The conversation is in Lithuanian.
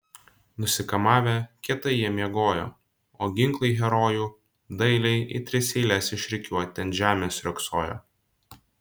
nusikamavę kietai jie miegojo o ginklai herojų dailiai į tris eiles išrikiuoti ant žemės riogsojo